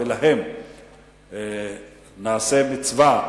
ולהם נעשה מצווה,